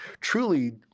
truly